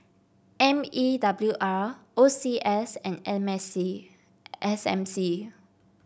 M E W R O C S and M S C S M C